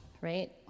right